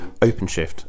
OpenShift